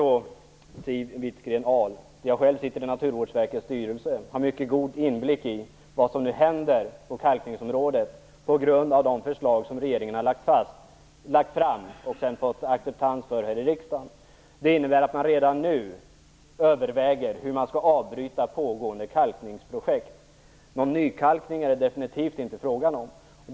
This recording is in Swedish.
Siw Wittgren-Ahl, jag sitter själv i Naturvårdsverkets styrelse och har mycket god inblick i vad som nu händer på kalkningsområdet till följd av de förslag som regeringen lagt fram och fått acceptans för här i riksdagen. Dessa förslag har fört med sig att man redan nu överväger hur man skall avbryta pågående kalkningsprojekt. Någon nykalkning är det definitivt inte fråga om.